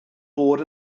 bod